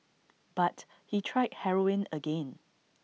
but he tried heroin again